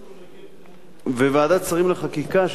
ועדת שרים לחקיקה,